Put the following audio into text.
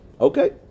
Okay